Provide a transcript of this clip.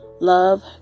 love